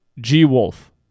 G-Wolf